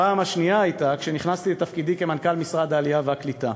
הפעם השנייה הייתה כשנכנסתי לתפקידי כמנכ"ל משרד העלייה והקליטה,